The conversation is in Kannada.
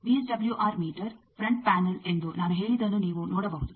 ವಿಎಸ್ಡಬ್ಲ್ಯೂಆರ್ ಮೀಟರ್ ಫ್ರಂಟ್ ಪ್ಯಾನಲ್ ಎಂದು ನಾನು ಹೇಳಿದ್ದನ್ನು ನೀವು ನೋಡಬಹುದು